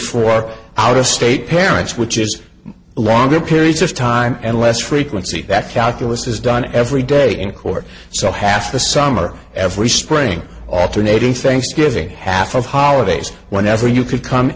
for out of state parents which is a longer periods of time and less frequency that calculus is done every day in court so half the summer every spring alternating thanksgiving half of holidays whenever you could come